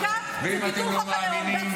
ואם אתם לא מאמינים,